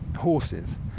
horses